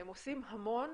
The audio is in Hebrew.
הם עושים המון